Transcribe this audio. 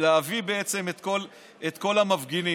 להביא את כל המפגינים.